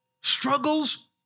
struggles